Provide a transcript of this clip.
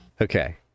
okay